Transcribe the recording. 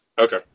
Okay